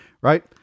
Right